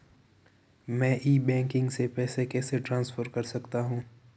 मैं e banking से पैसे कैसे ट्रांसफर कर सकता हूं?